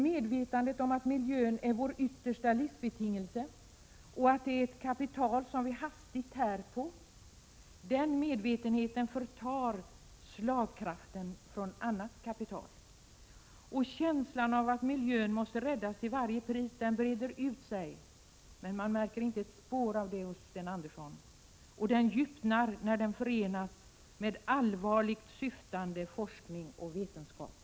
Medvetandet om att miljön är vår yttersta livsbetingelse och att den är ett kapital som vi hastigt tär på förtar slagkraften från annat kapital. Känslan att miljön måste räddas till varje pris breder ut sig. Men man märker inte ett spår av det hos Sten Andersson. Denna medvetenhet djupnar när den förenas med allvarligt syftande forskning och vetenskap.